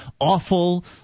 awful